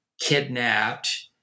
kidnapped